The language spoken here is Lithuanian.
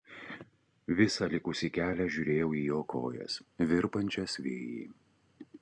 visą likusį kelią žiūrėjau į jo kojas virpančias vėjy